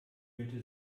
fühlte